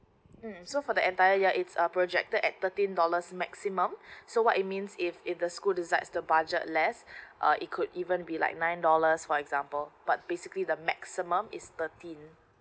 mm so for the entire year it's err projected at thirteen dollars maximum so what it means is if the school decides the budget less uh it could even be like nine dollars for example but basically the maximum is thirteen